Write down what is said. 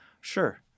Sure